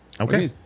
Okay